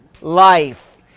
life